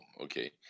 Okay